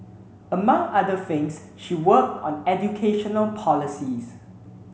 among other things she worked on educational policies